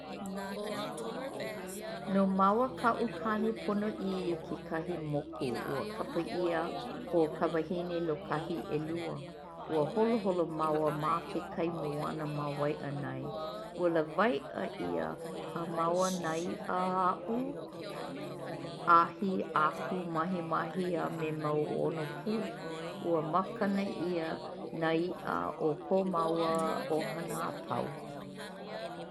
No māua kaʻu kane ponoʻi i kekahi moku ua kapa ʻia ʻo Kawahinelōkahi ʻelua. Ua holoholo māua ma ke kai moana ma Waiʻanae. Ua lawaiʻa ʻia a māua nā iʻa aʻu, ʻahi, aku,ʻ mahimahi, a me mau ono pū. Ua makana ʻia nā iʻa i kō māua ʻohana apaau.